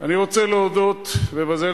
אני מודה לעובדי הוועדה,